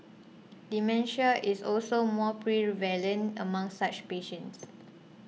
dementia is also more prevalent among such patients